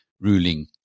ruling